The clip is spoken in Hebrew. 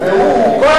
והוא,